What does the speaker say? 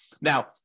Now